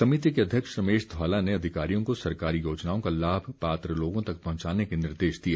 समिति के अध्यक्ष रमेश ध्वाला ने अधिकारियों को सरकारी योजनाओं का लाभ पात्र लोगों तक पहुंचाने के निर्देश दिए